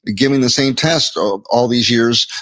giving the same test ah all these years,